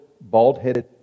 bald-headed